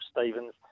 Stevens